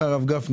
אומר הרב גפני,